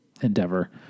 endeavor